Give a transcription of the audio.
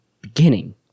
beginning